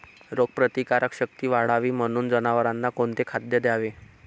रोगप्रतिकारक शक्ती वाढावी म्हणून जनावरांना कोणते खाद्य द्यावे?